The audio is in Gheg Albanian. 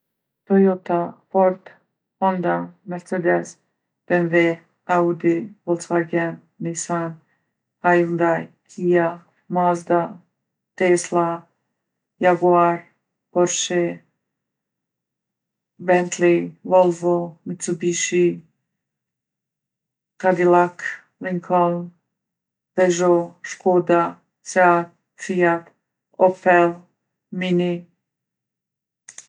Tojota, Ford, Honda, Mercedes, Bemve, Audi, Vollcvagen, Nisan, Hajundaj, Kija, Mazda, Teslla, Jaguar, Porshe Bentlli, Vollvo, Mitcubishi Kadillak, Linkolln, Pezho, Shkoda, Seat, Fijat, Opel, Mini.